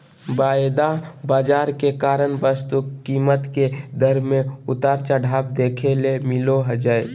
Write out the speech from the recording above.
वायदा बाजार के कारण वस्तु कीमत के दर मे उतार चढ़ाव देखे ले मिलो जय